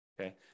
okay